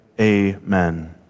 Amen